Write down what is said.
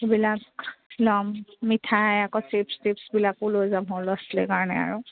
সেইবিলাক ল'ম মিঠাই আকৌ চিপছ্ টিপছবিলাকো লৈ যাম সৰু ল'ৰা ছোৱালীৰ কাৰণে আৰু